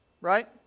right